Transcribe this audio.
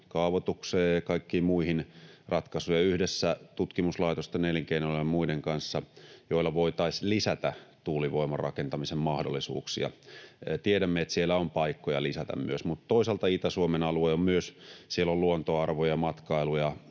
kanssa uusia teknologisia ratkaisuja kaavoitukseen ja kaikkiin muihin, joilla voitaisiin lisätä tuulivoimarakentamisen mahdollisuuksia. Tiedämme, että siellä on paikkoja lisätä myös, mutta toisaalta Itä-Suomen alueella on myös luontoarvoa, matkailua